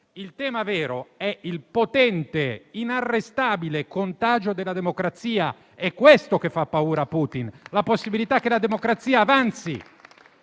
Il tema vero è il potente, inarrestabile contagio della democrazia. È questo che fa paura a Putin: la possibilità che la democrazia avanzi